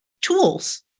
tools